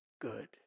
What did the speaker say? good